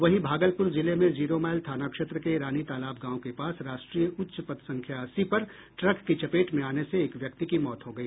वहीं भागलपुर जिले में जीरोमाइल थाना क्षेत्र के रानीतालाब गांव के पास राष्ट्रीय उच्च पथ संख्या अस्सी पर ट्रक की चपेट में आने से एक व्यक्ति की मौत हो गई